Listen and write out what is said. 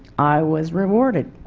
i was rewarded